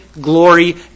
glory